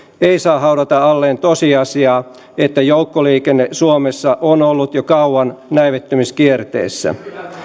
ei saa haudata alleen tosiasiaa että joukkoliikenne suomessa on ollut jo kauan näivettymiskierteessä